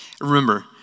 Remember